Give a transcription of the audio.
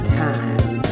time